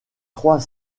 trois